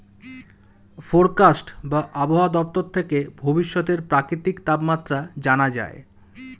forecast বা আবহাওয়া দপ্তর থেকে ভবিষ্যতের প্রাকৃতিক তাপমাত্রা জানা যায়